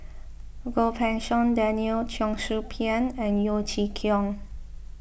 Goh Pei Siong Daniel Cheong Soo Pieng and Yeo Chee Kiong